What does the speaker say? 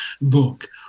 book